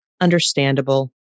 understandable